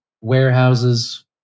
warehouses